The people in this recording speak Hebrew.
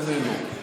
איננו.